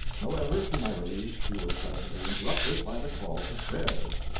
however, to my relief she was presently interrupted by the call to prayers.